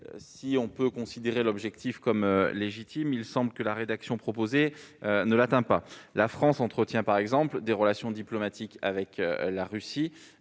Si on peut considérer l'objectif comme légitime, il semble que la rédaction proposée ne l'atteigne pas. La France entretient, par exemple, des relations diplomatiques avec la Russie,